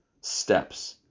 steps